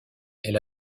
elle